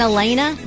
Elena